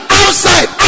outside